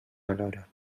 alhora